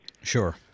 Sure